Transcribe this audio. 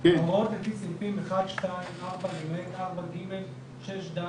למען הסר ספק, כשיש רשות מקומית